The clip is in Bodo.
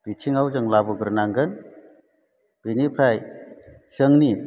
बिथिङाव जों लाबोग्रोनांगोन बिनिफ्राय जोंनि